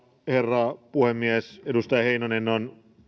herra puhemies edustaja heinonen on